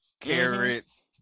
carrots